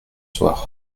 soir